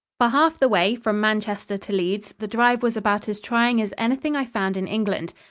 for half the way from manchester to leeds, the drive was about as trying as anything i found in england.